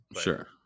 Sure